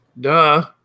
duh